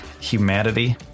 humanity